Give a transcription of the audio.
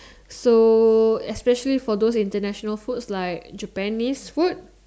so especially for those international foods like those Japanese food